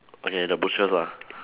okay the butchers lah